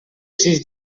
sis